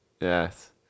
Yes